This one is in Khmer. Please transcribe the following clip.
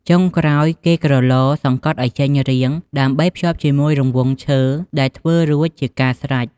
ចុងក្រោយគេក្រឡ សង្កតឲ្យចេញរាង ដើម្បីភ្ជាប់ជាមួយរង្វង់ឈើដែលធ្វើរួចជាការស្រេច។